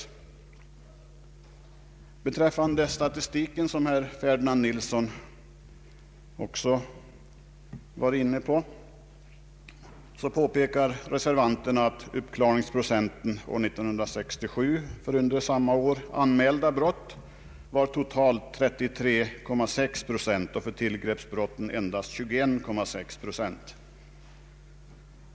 Reservanterna vill framhålla att statistiken över brott som kommit till polisens kännedom — den åberopades också av herr Ferdinand Nilsson — visar att uppklaringsprocenten för år 1967 för under samma år anmälda brott var totalt 33,6 procent och för tillgreppsbrotten endast 21,6 procent.